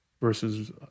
versus